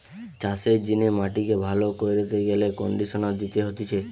চাষের জিনে মাটিকে ভালো কইরতে গেলে কন্ডিশনার দিতে হতিছে